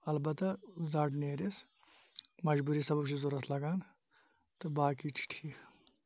اَلبَتہ زَر نیرس مَجبوٗری سَبَب چھُ ضرورت لَگان تہٕ باقٕے چھُ ٹھیٖک